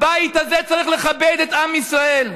הבית הזה צריך לכבד את עם ישראל.